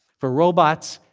for robots,